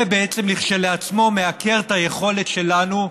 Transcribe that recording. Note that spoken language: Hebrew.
זה בעצם כשלעצמו מעקר את היכולת שלנו,